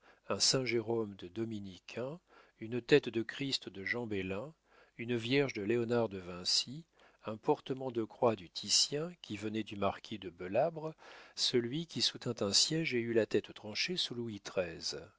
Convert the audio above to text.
un saint jérôme du dominiquin une tête de christ de jean bellin une vierge de léonard de vinci un portement de croix du titien qui venait du marquis de belabre celui qui soutint un siége et eut la tête tranchée sous louis